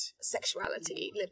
sexuality